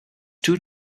two